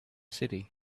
city